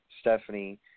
Stephanie